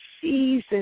season